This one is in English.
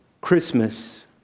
Christmas